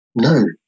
no